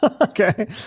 okay